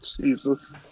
Jesus